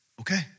Okay